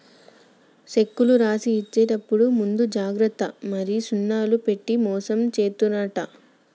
సెక్కులు రాసి ఇచ్చేప్పుడు ముందు జాగ్రత్త మరి సున్నాలు పెట్టి మోసం జేత్తున్నరంట